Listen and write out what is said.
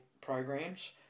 programs